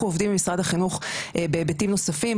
אנחנו עובדים עם משרד החינוך בהיבטים נוספים,